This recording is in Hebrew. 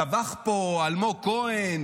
צווח פה אלמוג כהן